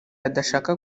adashaka